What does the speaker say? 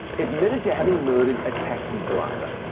admitted to having murdered a taxi driver.